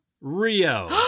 Rio